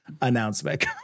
announcement